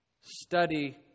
study